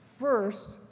first